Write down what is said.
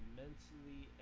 mentally